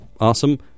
awesome